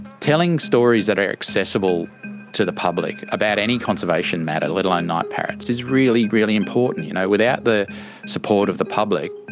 telling stories that are accessible to the public about any conservation matter, let alone night parrots is really really important, you know, without the support of the public,